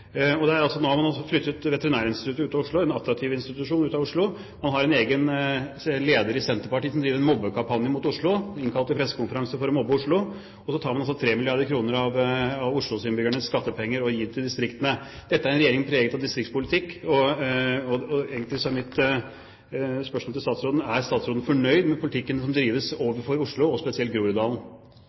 Og dette gjør man helt bevisst. Man har også flyttet Veterinærinstituttet – en attraktiv institusjon – ut av Oslo. Man har en leder i Senterpartiet som driver en mobbekampanje mot Oslo, som innkalte til pressekonferanse for å mobbe Oslo, og så tar man altså 3 mrd. kr av Oslo-innbyggernes skattepenger og gir til distriktene. Dette er en regjering preget av distriktspolitikk, og egentlig er mitt spørsmål til statsråden: Er statsråden fornøyd med politikken som drives overfor Oslo, og spesielt Groruddalen?